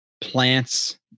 plants